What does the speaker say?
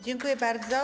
Dziękuję bardzo.